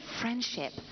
friendship